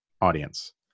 audience